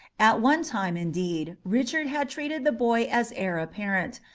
at one time, indeed, richard had treated the boy as heir-apparent,